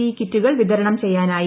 E കിറ്റുകൾ വിതരണം ചെയ്യാനായി